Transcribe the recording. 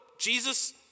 Jesus